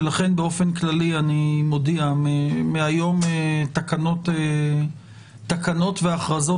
לכן באופן כללי אני מודיע שמהיום תקנות והכרזות